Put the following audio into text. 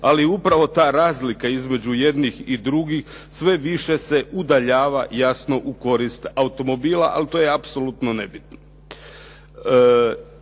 ali upravo ta razlika između jednih i drugih sve više se udaljava, jasno u korist automobila, ali to je apsolutno nebitno.